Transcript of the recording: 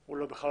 הוא לא בשליטתו.